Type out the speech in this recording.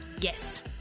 Yes